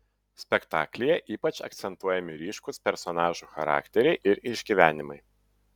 spektaklyje ypač akcentuojami ryškūs personažų charakteriai ir išgyvenimai